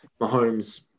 Mahomes